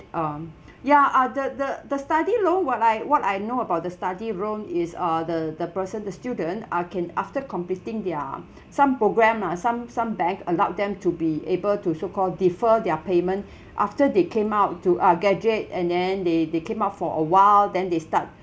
um ya ah the the the study loan what I what I know about the study loan is uh the the person the student ah can after completing their some programme ah some some bank allowed them to be able to so called defer their payment after they came out to uh graduate and then they they came out for a while then they start